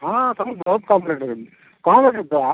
ହଁ ତୁମକୁ ବହୁତ କମ୍ ରେଟ୍ରେ ଦେବି କମ୍ ରେଟ୍ରେ ବା